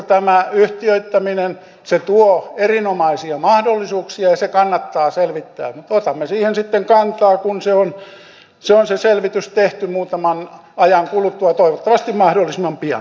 tämä yhtiöittäminen tuo erinomaisia mahdollisuuksia ja se kannattaa selvittää mutta otamme siihen sitten kantaa kun se selvitys on tehty muutaman ajan kuluttua toivottavasti mahdollisimman pian